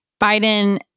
Biden